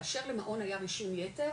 כאשר למעון היה רישום יתר,